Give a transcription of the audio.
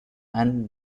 and